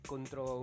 contro